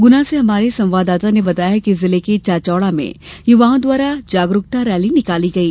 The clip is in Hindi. गुना से हमारे संवाददाता ने बताया है कि जिले के चाचौड़ा में युवाओं द्वारा जागरूकता रैली निकाली गई